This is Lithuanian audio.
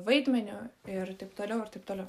vaidmeniu ir taip toliau ir taip toliau